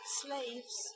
slaves